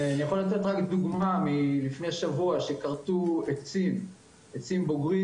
אני יכול לתת רק דוגמה מלפני שבוע שכרתו עצים בוגרים,